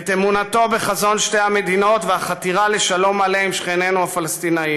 את אמונתו בחזון שתי המדינות והחתירה לשלום מלא עם שכנינו הפלסטינים.